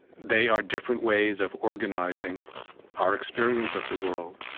they are different ways of organizing our experience of the world,